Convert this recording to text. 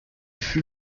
fut